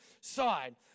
side